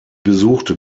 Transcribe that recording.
besuchte